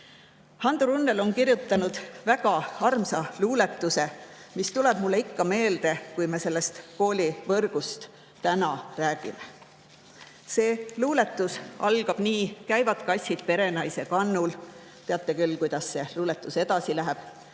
Runnel on kirjutanud väga armsa luuletuse, mis tuleb mulle ikka meelde, kui me koolivõrgust räägime. See luuletus algab nii: "Käivad kassid perenaise kannul." Teate küll, kuidas see luuletus edasi läheb.